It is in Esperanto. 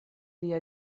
lia